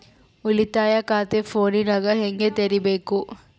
ಉಳಿತಾಯ ಖಾತೆ ಫೋನಿನಾಗ ಹೆಂಗ ತೆರಿಬೇಕು?